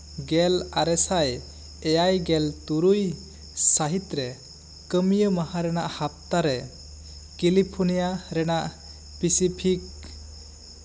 ᱜᱮᱞ ᱟᱨᱮ ᱥᱟᱭ ᱮᱭᱟᱭ ᱜᱮᱞ ᱛᱩᱨᱩᱭ ᱥᱟᱹᱦᱤᱛ ᱨᱮ ᱠᱟᱹᱢᱤᱭᱟᱹ ᱢᱟᱦᱟ ᱨᱮᱱᱟᱜ ᱦᱟᱯᱛᱟ ᱨᱮ ᱠᱮᱞᱤᱯᱷᱳᱨᱱᱤᱭᱟ ᱨᱮᱱᱟᱜ ᱯᱤᱥᱤᱯᱷᱤᱠ